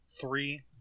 three